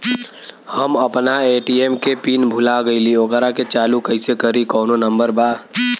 हम अपना ए.टी.एम के पिन भूला गईली ओकरा के चालू कइसे करी कौनो नंबर बा?